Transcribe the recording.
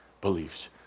beliefs